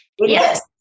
yes